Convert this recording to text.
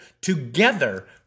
together